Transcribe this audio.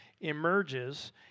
emerges